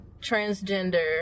transgender